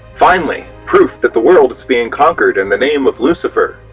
finally, proof that the world is being conquered in the name of lucifer,